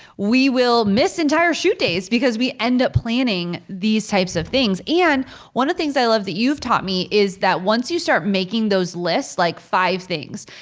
we will miss entire shoot days because we end up planning these types of things. and one of the things i love that you've taught me is that once you start making those lists, like five things,